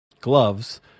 Gloves